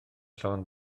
llond